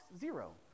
zero